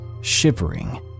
shivering